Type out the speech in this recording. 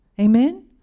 Amen